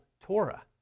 Torah